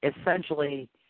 essentially